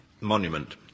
Monument